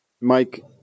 Mike